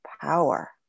power